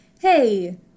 hey